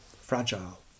fragile